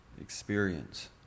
experience